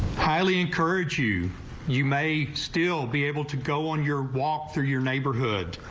highly encourage you you may still be able to go on your walk through your neighborhood.